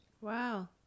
Wow